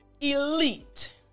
elite